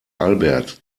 albert